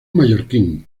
mallorquín